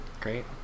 Great